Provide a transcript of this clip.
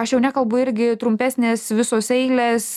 aš jau nekalbu irgi trumpesnės visos eilės